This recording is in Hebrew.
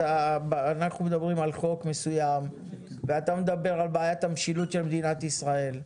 אנחנו מדברים על חוק מסוים ואתה מדבר על בעיית המשילות של מדינת ישראל.